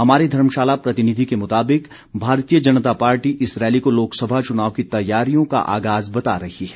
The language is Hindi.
हमारे धर्मशाला प्रतिनिधि के मुताबिक भारतीय जनता पार्टी इस रैली को लोकसभा चुनाव की तैयारियों का आगाज बता रही है